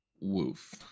Woof